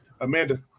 Amanda